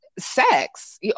sex